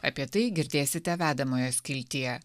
apie tai girdėsite vedamoje skiltyje